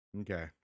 Okay